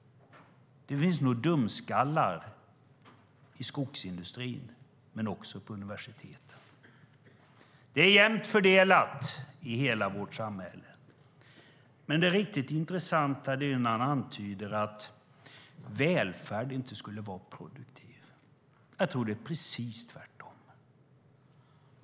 Det finns nog dumskallar i skogsindustrin men också på universiteten. Det är jämnt fördelat i hela vårt samhälle. Men det riktigt intressanta är när han antyder att välfärd inte skulle vara produktiv. Jag tror att det är precis tvärtom.